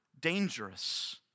dangerous